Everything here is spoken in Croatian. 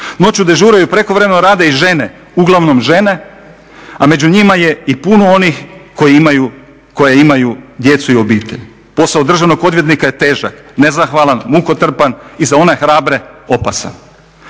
Noću dežuraju i prekovremeno rade i žene, uglavnom žene, a među njima je i puno onih koje imaju djecu i obitelj. Posao državnog odvjetnika je težak, nezahvalan, mukotrpan i za one hrabre opasan.